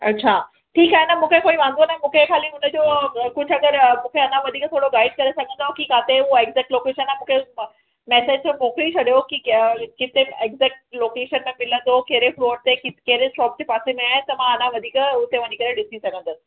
अच्छा ठीकु आहे न मूंखे कोई वांदो नाहे मूंखे खाली हुनजो कुझु अगरि मूंखे अञां वधीक थोरो गाइड करे सघंदो की किथे उहो एग्ज़ेक्ट लोकेशन मूंखे आहे मैसेज ते मोकिली छॾियो की कया किथे एग्ज़ेक्ट लोकेशन मिलंदो कहिड़े फ्लोर ते कहिड़े शॉप जे पासे में आहे त मां अञां वधीक हुते वञी करे ॾिसी सघंदसि